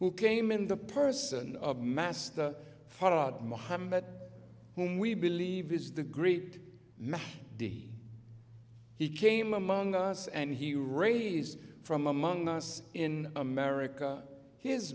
who came in the person of master fought mohammad whom we believe is the great man he came among us and he raised from among us in america his